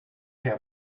how